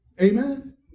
Amen